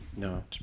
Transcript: No